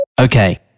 Okay